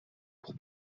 pour